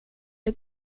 det